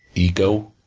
ego.